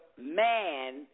man